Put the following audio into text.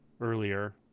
earlier